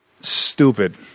stupid